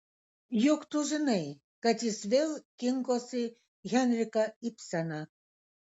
juk tu žinai kad jis vėl kinkosi henriką ibseną